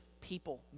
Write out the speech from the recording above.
people